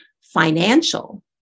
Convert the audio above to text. financial